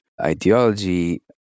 ideology